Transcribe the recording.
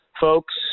folks